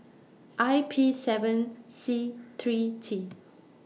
I P seven C three T